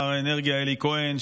שר האנרגיה אלי כהן,